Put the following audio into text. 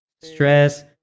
stress